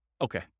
Okay